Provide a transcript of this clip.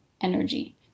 energy